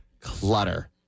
clutter